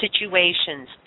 situations